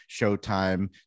showtime